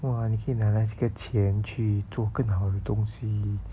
!wah! 你可以拿来这个钱去做更好的东西